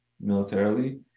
militarily